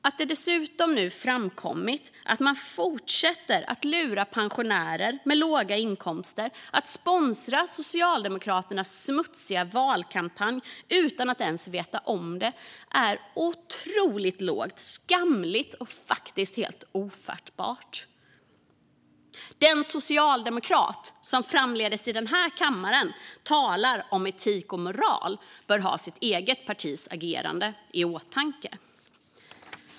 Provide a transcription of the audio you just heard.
Att det dessutom nu framkommit att de fortsätter att lura pensionärer med låga inkomster att sponsra Socialdemokraternas smutsiga valkampanj utan att pensionärerna ens vet om det är otroligt lågt, skamligt och faktiskt helt ofattbart. Den socialdemokrat som framdeles i den här kammaren talar om etik och moral bör ha sitt eget partis agerande i åtanke.